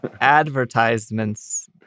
Advertisements